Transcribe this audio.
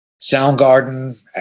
Soundgarden